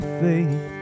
faith